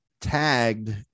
tagged